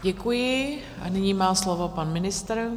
Děkuji a nyní má slovo pan ministr.